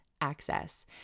access